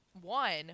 one